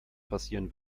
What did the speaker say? passieren